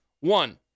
One